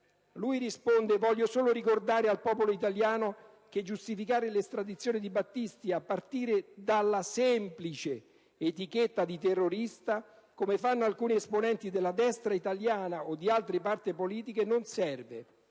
Genro dice: «Voglio solo ricordare al popolo italiano che giustificare l'estradizione di Battisti a partire dalla semplice etichetta di "terrorista", come fanno alcuni esponenti della destra italiana o di altre parti politiche, non serve».